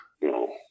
No